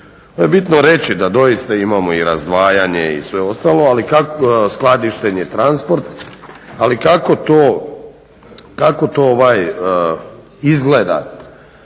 Bitno je reći da doista imamo i razdvajanje i sve ostalo ali kako